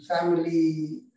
family